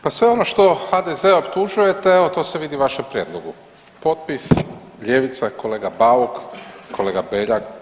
Pa sve ono što HDZ-e optužujete evo to se vidi u vašem prijedlogu potpis, ljevica, kolega Bauk, kolega Beljak.